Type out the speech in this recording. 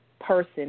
person